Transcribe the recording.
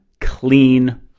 clean